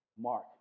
Mark